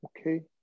okay